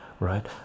right